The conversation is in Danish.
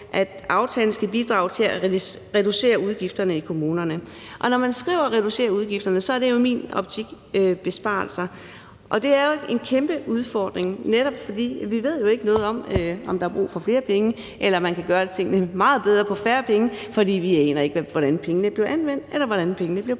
at aftalen skal bidrage til at reducere udgifterne i kommunerne, og når man skriver »reducere udgifterne«, er det jo i min optik besparelser. Det er en kæmpe udfordring, netop fordi vi jo ikke ved noget om, om der er brug for flere penge eller man kan gøre tingene meget bedre for færre penge, fordi vi ikke aner, hvordan pengene bliver anvendt, eller hvordan pengene bliver brugt